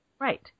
Right